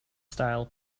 style